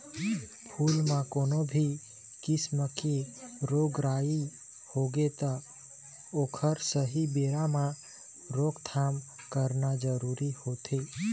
फूल म कोनो भी किसम के रोग राई होगे त ओखर सहीं बेरा म रोकथाम करना जरूरी होथे